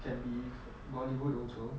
can be foo~ bollywood also